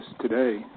today